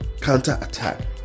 counter-attack